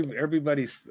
Everybody's